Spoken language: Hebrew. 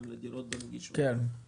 גם לעניין דירות בנגישות וכולי.